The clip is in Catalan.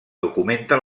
documenta